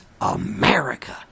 America